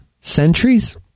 Centuries